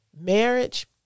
Marriage